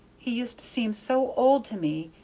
he used to seem so old to me,